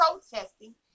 protesting